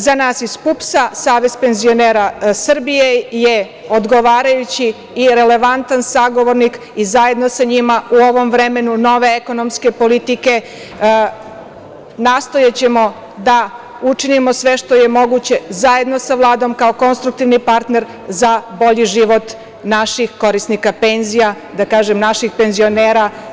Za nas iz PUPS-a Savez penzionera Srbije je odgovarajući i relevantan sagovornik i zajedno sa njima u ovom vremenu nove ekonomske politike nastojaćemo da učinimo sve što je moguće, zajedno sa Vladom, kao konstruktivni partner, za bolji život naših korisnika penzija, naših penzionera.